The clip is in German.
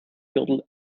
gürtel